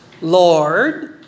Lord